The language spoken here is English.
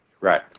Right